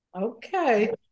Okay